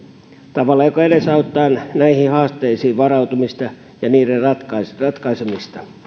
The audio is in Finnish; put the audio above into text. tavalla joka edesauttaa näihin haasteisiin varautumista ja niiden ratkaisemista ratkaisemista